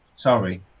Sorry